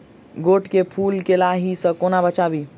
गोट केँ फुल केँ लाही सऽ कोना बचाबी?